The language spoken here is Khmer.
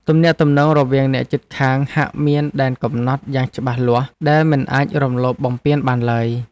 ទំនាក់ទំនងរវាងអ្នកជិតខាងហាក់មានដែនកំណត់យ៉ាងច្បាស់លាស់ដែលមិនអាចរំលោភបំពានបានឡើយ។